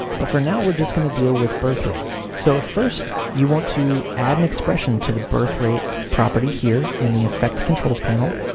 but, for now, we're just gonna deal with birth rate. so, first, you want to add an expression to the birth rate property here in the effect controls panel.